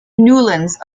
newlands